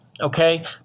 okay